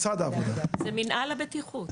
משרד העבודה --- זה מנהל הבטיחות.